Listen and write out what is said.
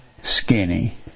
skinny